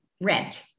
Rent